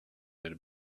their